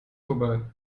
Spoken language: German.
vorbei